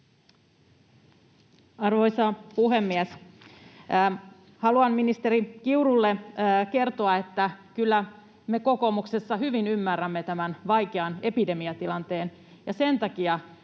Arvoisa puhemies! Haluan ministeri Kiurulle kertoa, että kyllä me kokoomuksessa hyvin ymmärrämme tämän vaikean epidemiatilanteen, ja sen takia